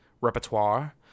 repertoire